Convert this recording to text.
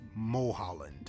Moholland